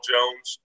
Jones